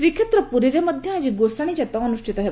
ଶ୍ରୀକ୍ଷେତ୍ର ପୁରୀରେ ମଧ୍ଧ ଆକି ଗୋସାଣୀ ଯାତ ଅନୁଷିତ ହେବ